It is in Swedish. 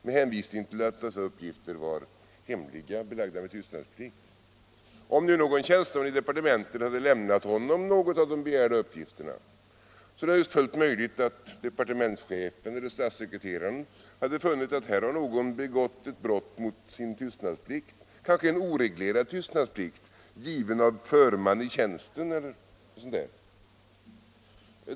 Man hänvisade till att dessa uppgifter var hemliga och belagda med tystnadsplikt. Om nu någon tjänsteman hade lämnat honom de begärda uppgifterna är det fullt möjligt att departementschefen eller statssekreteraren funnit att någon här hade begått ett brott mot sin tystnadsplikt, kanske en oreglerad tystnadsplikt given av förman i tjänsten.